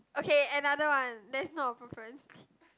okay another one that's not profanity